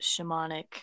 shamanic